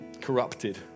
corrupted